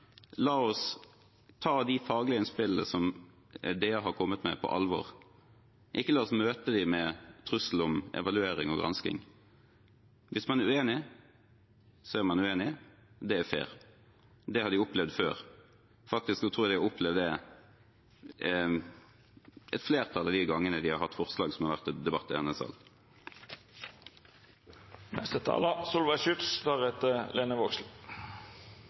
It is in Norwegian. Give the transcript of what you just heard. la oss ta de faglige innspillene som DA har kommet med, på alvor, ikke la oss møte dem med trusler om evaluering og gransking. Hvis man er uenig, er man uenig, det er fair. Det har de opplevd før – faktisk tror jeg de har opplevd det et flertall av de gangene de har hatt forslag som har vært til debatt i denne sal.